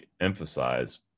emphasize